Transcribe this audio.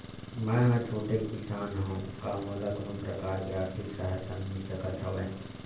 मै ह छोटे किसान हंव का मोला कोनो प्रकार के आर्थिक सहायता मिल सकत हवय?